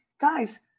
guys